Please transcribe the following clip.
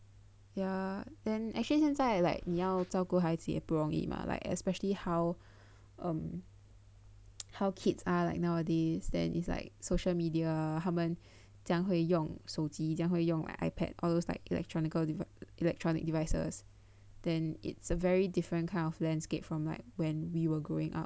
ya then actually 现在 like 你要照顾孩子也不容易 mah like especially how um how kids are like nowadays then is like social media 他们这样会用手机这样会用 Ipad all those like electronical electronic devices then it's a very different kind of landscape from like when we were growing up